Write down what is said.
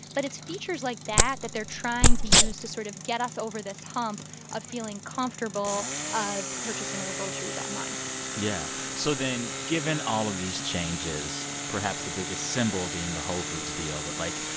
but it's features like that that they're trying to use to sort of get us over this hump of feeling comfortable of purchasing our groceries online yeah. so then given all of these changes, perhaps the biggest symbol being the whole foods deal, but, like,